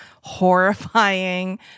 horrifying